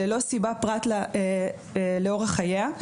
ללא סיבה פרט לאורח חייה.